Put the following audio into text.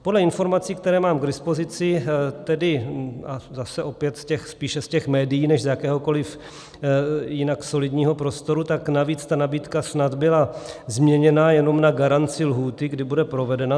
Podle informací, které mám k dispozici, a zase, opět, spíše z těch médií než z jakéhokoliv jinak solidního prostoru, tak navíc ta nabídka snad byla změněna jenom na garanci lhůty, kdy bude provedena.